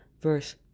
verse